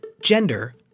gender